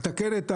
לתקן,